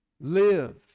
Live